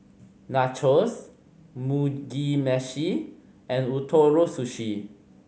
Nachos Mugi Meshi and Ootoro Sushi